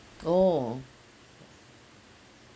oh